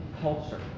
culture